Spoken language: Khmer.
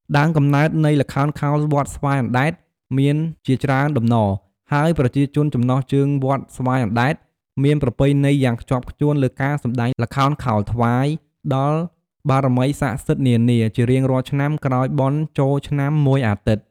ដើមកំណើតនៃល្ខោនខោលវត្តស្វាយអណ្ដែត មានជាច្រើនតំណរ ហើយប្រជាជនចំណុះជើងវត្តស្វាយអណ្ដែត មានប្រពៃណីយ៉ាងខ្ជាប់ខ្ជួនលើការសម្ដែងល្ខោនខោលថ្វាយ ដល់បារមីស័ក្ដិសិទ្ធិនានា ជារៀងរាល់ឆ្នាំក្រោយបុណ្យចូលឆ្នាំ ១អាទិត្យ។